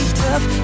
tough